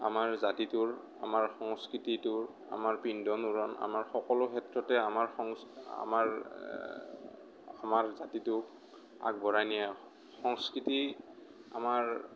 আমাৰ জাতিটোৰ আমাৰ সংস্কৃতিটোৰ আমাৰ পিন্ধন উৰণ আমাৰ সকলো ক্ষেত্ৰতে আমাৰ সং আমাৰ আমাৰ জাতিটোক আগবঢ়াই নিয়া সংস্কৃতি আমাৰ